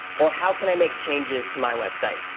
or how can i make changes to my website.